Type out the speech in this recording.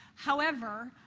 however,